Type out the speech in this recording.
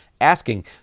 asking